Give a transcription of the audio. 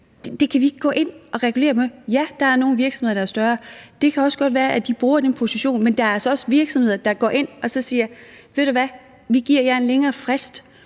andre virksomheder. Ja, der er nogle virksomheder, der er større, og det kan også godt være, at de bruger den position. Men der er også virksomheder, der går ind og siger: Ved du hvad, vi giver jer længere frist,